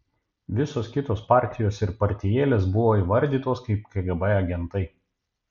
visos kitos partijos ir partijėlės buvo įvardytos kaip kgb agentai